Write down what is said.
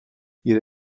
ihre